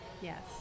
Yes